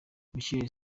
michael